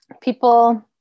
people